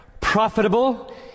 profitable